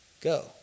Go